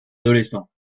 adolescents